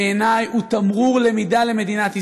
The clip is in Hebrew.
בעיני היא תמרור למידה למדינת ישראל,